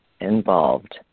involved